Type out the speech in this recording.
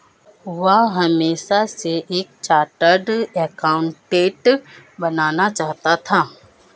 वह हमेशा से एक चार्टर्ड एकाउंटेंट बनना चाहता था